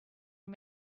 you